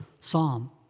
psalm